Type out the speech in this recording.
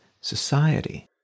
society